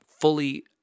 fully